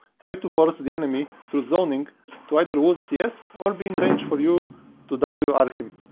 try to force the enemy through zoning to either lose cs or be in range for you to w r him,